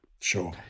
sure